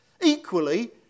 Equally